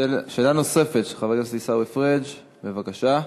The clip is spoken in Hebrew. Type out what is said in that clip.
שאלה נוספת של חבר הכנסת עיסאווי פריג', בבקשה.